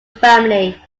family